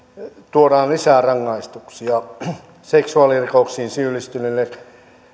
tuodaan lisää rangaistuksia seksuaalirikoksiin syyllistyneille